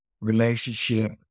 relationship